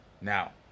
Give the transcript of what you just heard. Now